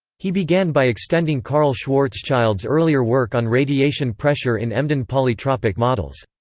he began by extending karl schwarzschild's earlier work on radiation pressure in emden polytropic models.